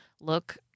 look